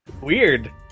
Weird